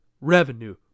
revenue